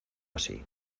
así